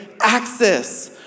access